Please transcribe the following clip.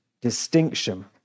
distinction